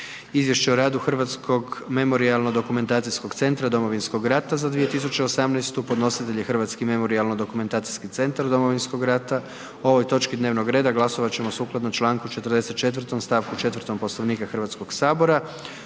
Izvješće o radu Hrvatskog memorijalno dokumentacijskog centra Domovinskog rata za 2018.g Podnositelj je Hrvatski memorijalno dokumentacijski centra Domovinskog rata. O ovoj točki dnevnog reda glasovat ćemo sukladno čl. 44. st. 4. Poslovnika HS. Sukladno